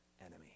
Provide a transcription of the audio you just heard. enemy